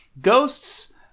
ghosts